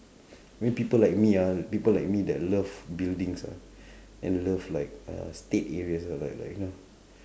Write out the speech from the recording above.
I mean people like me ah people like me that love buildings ah and love like uh state areas uh like like you know